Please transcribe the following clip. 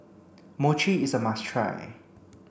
Mochi is a must try